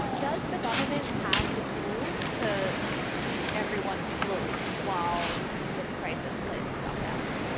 does the government have the tools to keep everyone afloat while this crisis plays itself out?